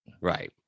Right